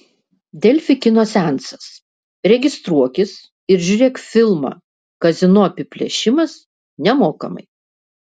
delfi kino seansas registruokis ir žiūrėk filmą kazino apiplėšimas nemokamai